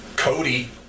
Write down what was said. Cody